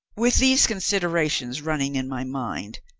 with these considerations running in my mind,